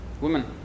women